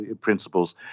principles